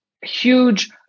huge